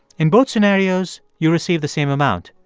in both scenarios, you receive the same amount,